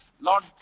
Lord